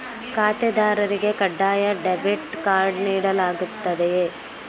ಖಾತೆದಾರರಿಗೆ ಕಡ್ಡಾಯ debit card ನೀಡಲಾಗುತ್ತದೆಯೇ?